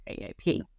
AIP